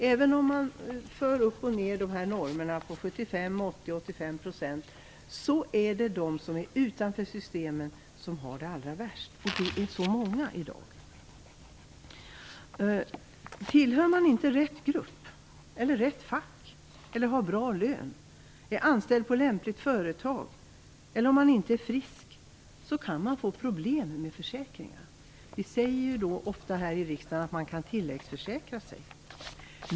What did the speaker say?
Även om man för normerna upp och ned till 75 %, 80 % och 85 %, är det de som är utanför systemen som har det allra värst, och det är så många i dag. Tillhör man inte rätt grupp eller rätt fack, har bra lön, är anställd på lämpligt företag eller om man inte är frisk kan man få problem med försäkringar. Vi säger ju ofta här i riksdagen att man kan tilläggsförsäkra sig.